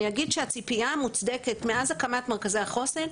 אני אגיד שהציפייה המוצדקת מאז הקמת מרכזי החוסן,